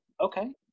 okay